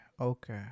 okay